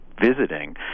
visiting